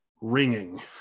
ringing